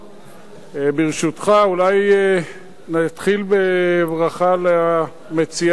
אולי נתחיל בברכה למציעה, לסגנית השר,